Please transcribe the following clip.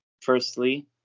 firstly